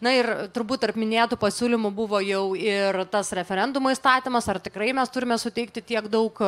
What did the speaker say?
na ir turbūt tarp minėtų pasiūlymų buvo jau ir tas referendumo įstatymas ar tikrai mes turime suteikti tiek daug